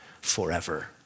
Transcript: forever